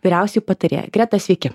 vyriausioji patarėja greta sveiki